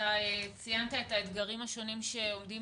אתה ציינת את האתגרים השונים שעומדים